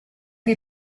you